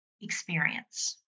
Experience